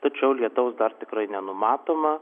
tačiau lietaus dar tikrai nenumatoma